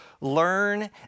learn